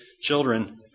children